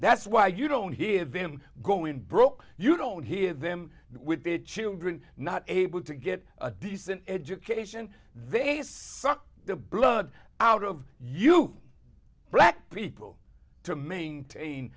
that's why you don't hear of him going broke you don't hear them with children not able to get a decent education they suck the blood out of you black people to maintain